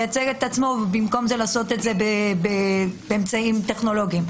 לייצג את עצמו ובמקום זאת לעשות זאת באמצעים טכנולוגיים.